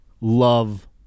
love